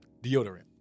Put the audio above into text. deodorant